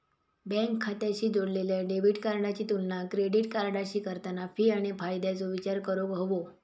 bank खात्याशी जोडलेल्या debit कार्डाची तुलना क्रेडिट कार्डाशी करताना फी आणि फायद्याचो विचार करूक हवो